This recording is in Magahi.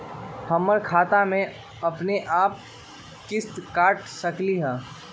हमर खाता से अपनेआप किस्त काट सकेली?